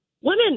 women